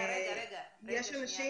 יש אנשים